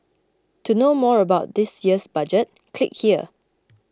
to know more about this year's budget click here